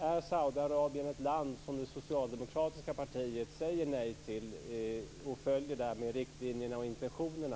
Är Saudiarabien ett land som det socialdemokratiska partiet säger nej till, dvs. följer riktlinjerna och intentionerna?